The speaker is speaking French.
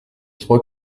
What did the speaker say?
trop